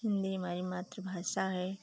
हिन्दी हमारी मातृभाषा है